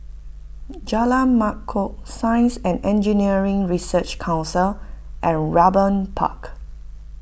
Jalan Mangkok Science and Engineering Research Council and Raeburn Park